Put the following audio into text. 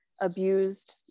abused